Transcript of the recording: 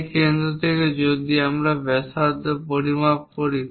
সেই কেন্দ্র থেকে যদি আমরা ব্যাসার্ধ পরিমাপ করি